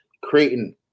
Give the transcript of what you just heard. creating